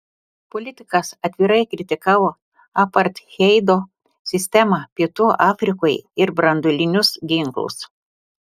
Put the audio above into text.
politikas atvirai kritikavo apartheido sistemą pietų afrikoje ir branduolinius ginklus